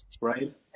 right